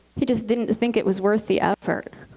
he just didn't think it was worth the effort.